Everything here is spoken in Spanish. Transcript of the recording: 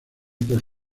por